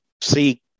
see